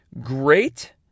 great